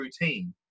routine